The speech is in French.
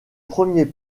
premier